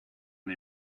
and